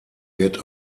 wird